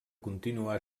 continuar